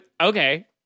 Okay